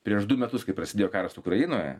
prieš du metus kai prasidėjo karas ukrainoje